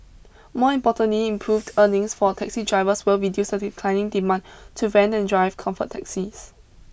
more importantly improved earnings for taxi drivers will be declining demand to rent and drive Comfort taxis